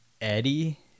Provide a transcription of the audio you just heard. Eddie